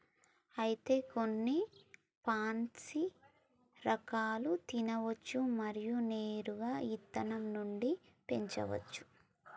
అయితే గొన్ని పాన్సీ రకాలు తినచ్చు మరియు నేరుగా ఇత్తనం నుండి పెంచోచ్చు